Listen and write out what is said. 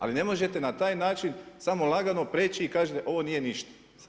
Ali ne možete na taj način samo lagano preći i da kažete ovo nije ništa.